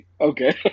Okay